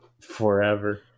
forever